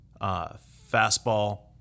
fastball